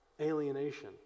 alienation